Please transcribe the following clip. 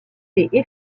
été